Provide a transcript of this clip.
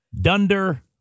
Dunder